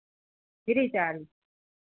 free charge